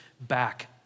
back